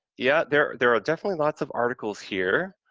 yeah, there there are definitely lots of articles here.